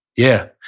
yeah,